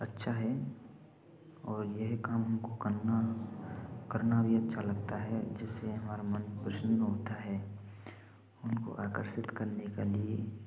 अच्छा है और यह हमको करना करना भी अच्छा लगता है जैसे हमारा मन प्रसन्न होता है उनको आकर्षित करने का लिए ही